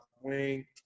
Wing